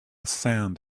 sand